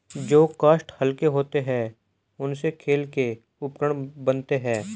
जो काष्ठ हल्के होते हैं, उनसे खेल के उपकरण बनते हैं